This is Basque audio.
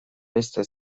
beste